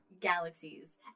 Galaxies